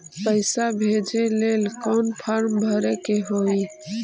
पैसा भेजे लेल कौन फार्म भरे के होई?